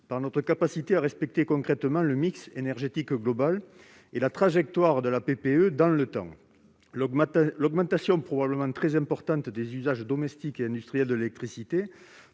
par notre capacité à respecter concrètement le mix énergétique global et la trajectoire de la PPE dans le temps. L'augmentation, probablement très importante, des usages domestiques et industriels de l'électricité